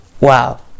Wow